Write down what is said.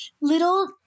little